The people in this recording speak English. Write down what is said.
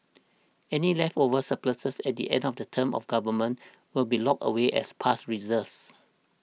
any leftover surpluses at the end of the term of government will be locked away as past reserves